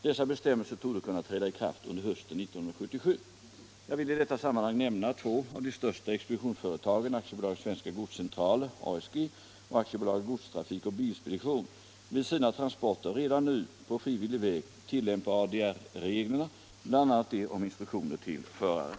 Dessa bestämmelser torde kunna träda i kraft under hösten 1977. Jag vill i detta sammanhang nämna att två av de största speditionsföretagen, AB Svenska Godscentraler och AB Godstrafik & Bilspedition, vid sina transporter redan nu — på frivillig väg — tillämpar ADR-reglerna, bl.a. de om instruktioner till föraren.